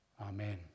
Amen